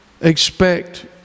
expect